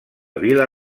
vila